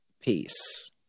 Peace